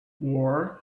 war